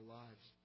lives